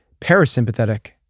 parasympathetic